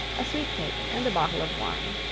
a sweet cake and a bottle of wine.